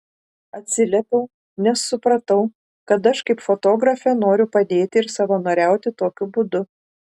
atsiliepiau nes supratau kad aš kaip fotografė noriu padėti ir savanoriauti tokiu būdu